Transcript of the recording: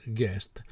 guest